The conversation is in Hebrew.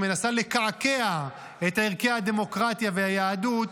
שמנסה לקעקע את ערכי הדמוקרטיה והיהדות,